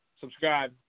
subscribe